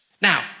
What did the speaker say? Now